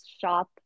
shop